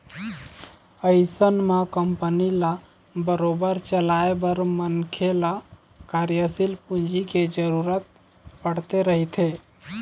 अइसन म कंपनी ल बरोबर चलाए बर मनखे ल कार्यसील पूंजी के जरुरत पड़ते रहिथे